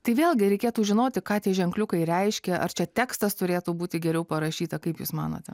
tai vėlgi reikėtų žinoti ką tie ženkliukai reiškia ar čia tekstas turėtų būti geriau parašyta kaip jūs manote